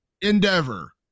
Endeavor